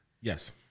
Yes